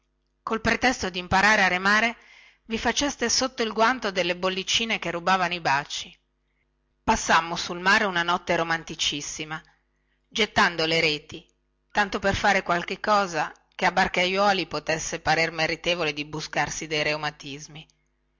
col pretesto di imparare a remare vi faceste sotto il guanto delle bollicine che rubavano i baci passammo sul mare una notte romanticissima gettando le reti tanto per far qualche cosa che a barcaiuoli potesse parer meritevole di buscarsi dei reumatismi